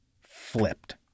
flipped